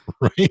right